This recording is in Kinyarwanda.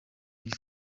iyi